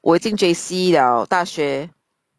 我已经 J_C liao 大学